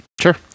Sure